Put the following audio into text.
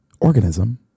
organism